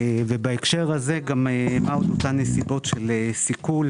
בהקשר הזה יש גם את אותן נסיבות של סיכול,